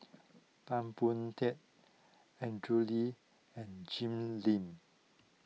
Tan Boon Teik Andrew Lee and Jim Lim